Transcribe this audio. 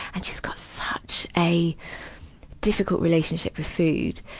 and she's got such a difficult relationship with food.